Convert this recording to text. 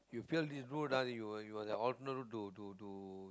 you fail this route ah you must have alternate route to to to